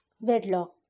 wedlock